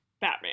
Batman